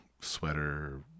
sweater –